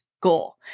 Goal